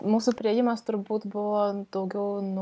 mūsų priėjimas turbūt buvo daugiau nuo